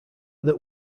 that